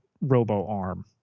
robo-arm